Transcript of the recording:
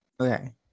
Okay